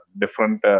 different